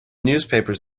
newspapers